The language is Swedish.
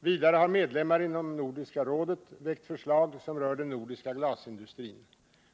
Vidare har medlemmar inom Nordiska rådet väckt förslag som rör den nordiska glasindustrin.